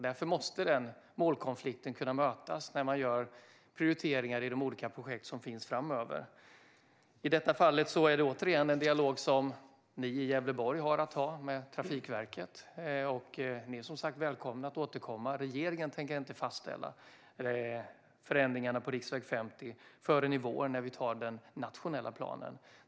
Därför måste den målkonflikten kunna bemötas när man gör prioriteringar i de olika projekt som finns framöver. I detta fall handlar det återigen om en dialog som ni i Gävleborg måste ha med Trafikverket. Ni är som sagt välkomna att återkomma. Regeringen tänker inte fastställa några förändringar på riksväg 50 förrän i vår när vi fattar beslut om den nationella planen.